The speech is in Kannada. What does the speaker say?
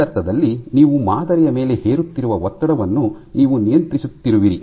ಒಂದರ್ಥದಲ್ಲಿ ನೀವು ಮಾದರಿಯ ಮೇಲೆ ಹೇರುತ್ತಿರುವ ಒತ್ತಡವನ್ನು ನೀವು ನಿಯಂತ್ರಿಸುತ್ತಿರುವಿರಿ